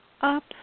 up